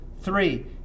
Three